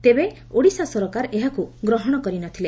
ତେବେ ଓଡ଼ିଶା ସରକାର ଏହାକୁ ଗ୍ରହଶ କରିନଥିଲେ